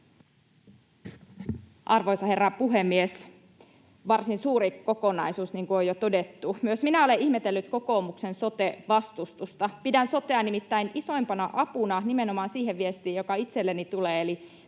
Arvoisa herra puhemies! Varsin suuri kokonaisuus, niin kuin on jo todettu. Myös minä olen ihmetellyt kokoomuksen sote-vastustusta. Pidän sotea nimittäin isoimpana apuna nimenomaan siihen, mistä itselleni tulee